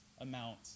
amount